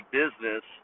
business